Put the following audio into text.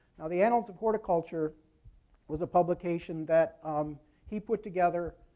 now, the annals of horticulture was a publication that um he put together,